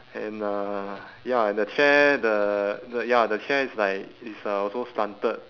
and the ya and the chair the the ya the chair is like it's uh also slanted